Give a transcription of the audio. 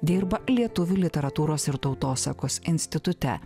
dirba lietuvių literatūros ir tautosakos institute